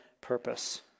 purpose